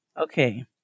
Okay